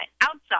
outside